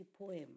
poem